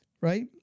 right